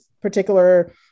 particular